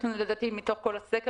לדעתי מתוך כל הסקר